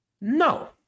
No